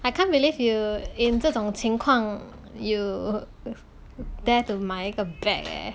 I can't believe you in 这种情况 you dare to 买一个 bag eh